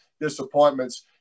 disappointments